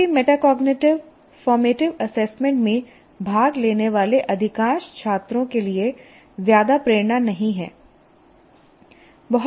किसी भी metacognitive formative assessment में भाग लेने वाले अधिकांश छात्रों के लिए ज्यादा प्रेरणा नहीं है